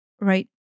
Right